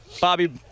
Bobby